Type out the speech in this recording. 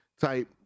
type